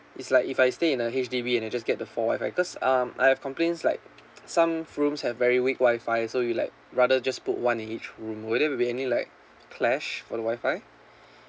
it's like if I stay in a H_D_B and I just get the four WI-FI cause um I have complains like some rooms have very weak WI-FI so it'll be like rather just put one in each room will that be any like clash for the WI-FI